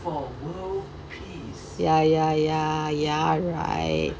ya ya ya ya right